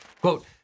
Quote